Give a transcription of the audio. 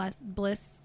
bliss